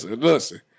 listen